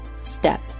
step